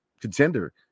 contender